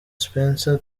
spencer